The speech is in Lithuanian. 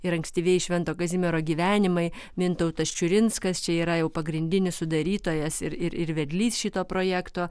ir ankstyvieji švento kazimiero gyvenimai mintautas čiurinskas čia yra jau pagrindinis sudarytojas ir ir ir vedlys šito projekto